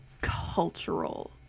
cultural